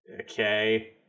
okay